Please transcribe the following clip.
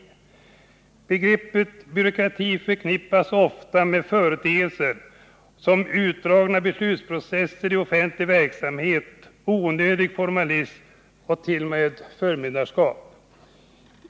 Begreppet byråkrati förknippas ofta med företeelser som utdragna beslutsprocesser i offentlig verksamhet, onödig formalism och t.o.m. förmynderskap.